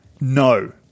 no